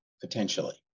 potentially